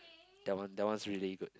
that one that one is really good